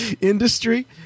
industry